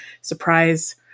surprise